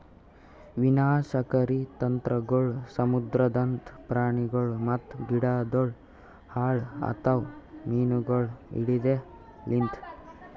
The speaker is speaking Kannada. ವಿನಾಶಕಾರಿ ತಂತ್ರಗೊಳ್ ಸಮುದ್ರದಾಂದ್ ಪ್ರಾಣಿಗೊಳ್ ಮತ್ತ ಗಿಡಗೊಳ್ ಹಾಳ್ ಆತವ್ ಮೀನುಗೊಳ್ ಹಿಡೆದ್ ಲಿಂತ್